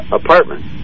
apartment